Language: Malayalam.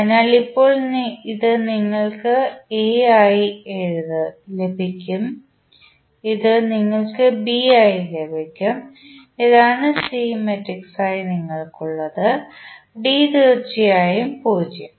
അതിനാൽ ഇപ്പോൾ ഇത് നിങ്ങൾക്ക് എ ആയി ലഭിക്കും ഇത് നിങ്ങൾക്ക് ബി ആയി ലഭിക്കും ഇതാണ് സി മെട്രിക്സായി നിങ്ങൾക്കുള്ളത് ഡി തീർച്ചയായും 0